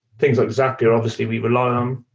things at zapier, obviously, we rely on.